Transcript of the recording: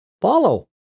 follow